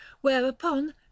WHEREUPON